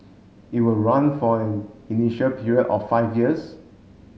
it will run for an initial period of five years